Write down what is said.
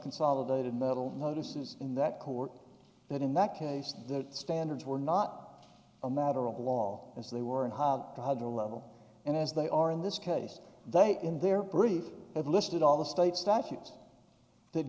consolidated metal notices in that court that in that case the standards were not a matter of law as they were and how hard the level and as they are in this case they in their brief have listed all the state statutes th